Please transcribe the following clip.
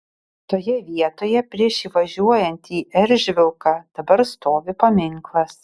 toje vietoje prieš įvažiuojant į eržvilką dabar stovi paminklas